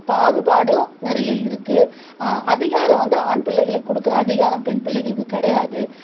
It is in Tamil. பாகுபாடும் நிறைய இருக்குது அதிகாரம் வந்து ஆண் பிள்ளைகளுக்கு கொடுக்கற அதிகாரம் பெண் பிள்ளைகளுக்கு கிடையாது